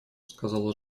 сказала